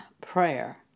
prayer